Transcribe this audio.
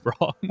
wrong